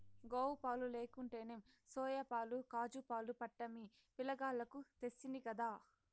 గోవుపాలు లేకుంటేనేం సోయాపాలు కాజూపాలు పట్టమ్మి పిలగాల్లకు తెస్తినిగదా